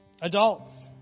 Adults